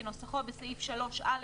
כנוסחו בסעיף3(א)